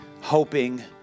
hoping